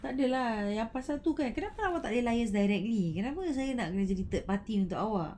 tak ada lah yang pasal tu kan kenapa awak tak liaise directly kenapa saya nak jadi third party untuk awak